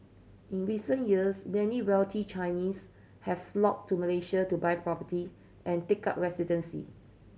in recent years many wealthy Chinese have flocked to Malaysia to buy property and take up residency